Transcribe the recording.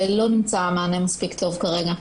ולא נמצא מענה מספיק טוב כרגע.